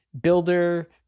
builder